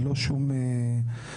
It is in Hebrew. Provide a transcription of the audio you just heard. ללא שום פחדים,